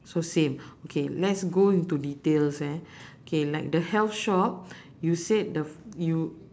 so same okay let's go into details eh K like the health shop you said the you